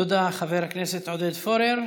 תודה, חבר הכנסת עודד פורר.